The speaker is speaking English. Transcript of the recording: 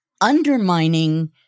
undermining